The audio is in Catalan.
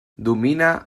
domina